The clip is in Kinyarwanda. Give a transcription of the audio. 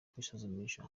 kwisuzumisha